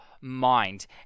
mind